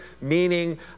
meaning